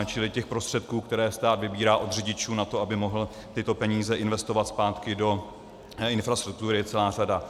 Čili těch prostředků, které stát vybírá od řidičů na to, aby mohl tyto peníze investovat zpátky do infrastruktury, je celá řada.